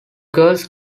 girls